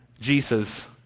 Jesus